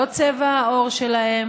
לא צבע העור שלהם,